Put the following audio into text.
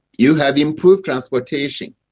you have improved transportation.